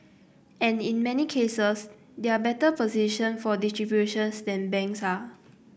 and in many cases they are better positioned for distributions than banks are